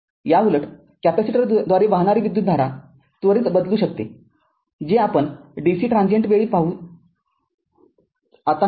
याउलटकॅपेसिटरद्वारे वाहणारी विद्युतधारा त्वरित बदलू शकते जे आपण डी सी ट्रांजीएंट वेळी पाहू आता नाही